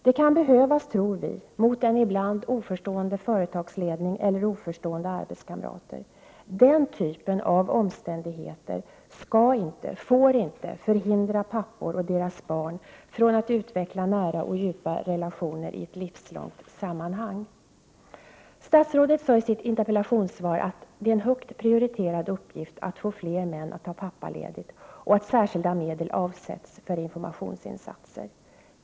Det kan behövas, tror vi, mot en ibland oförstående företagsledning eller oförstående arbetskamrater. Den typen av omständigheter skall inte och får inte förhindra pappor och deras barn från att utveckla nära och djupa relationer i ett livslångt sammanhang. Statsrådet sade i sitt interpellationssvar att det är en högt prioriterad uppgift att få fler män att ta pappaledigt och att särskilda medel avsätts för informationsinsatser.